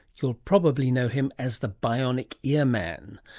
you'll probably know him as the bionic ear man.